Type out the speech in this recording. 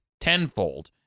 tenfold